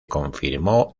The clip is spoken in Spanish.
confirmó